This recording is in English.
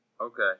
Okay